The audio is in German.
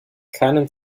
keinen